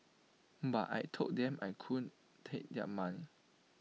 but I Told them I couldn't take their money